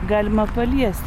galima paliest